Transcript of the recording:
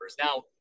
Now